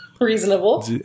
Reasonable